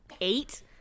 eight